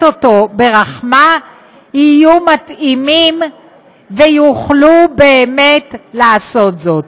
אותו ברחמה יהיו מתאימים ויוכלו באמת לעשות זאת,